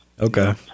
Okay